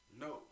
No